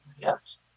Yes